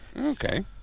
Okay